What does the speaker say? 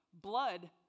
Blood